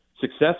success